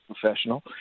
professional